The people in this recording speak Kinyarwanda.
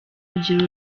kugira